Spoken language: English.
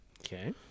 Okay